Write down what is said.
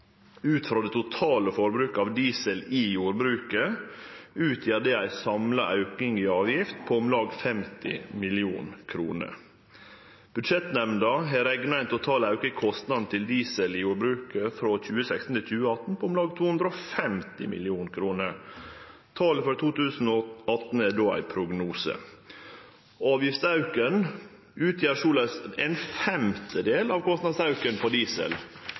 Ut frå det totale forbruket av diesel i jordbruket utgjer det ein samla auke av avgifta på om lag 50 mill. kr. Budsjettnemnda har rekna ein total auke i kostnaden til diesel i jordbruket frå 2016 til 2018 på om lag 250 mill. kr. Talet for 2018 er då ein prognose. Avgiftsauken utgjer såleis ein femtedel av kostnadsauken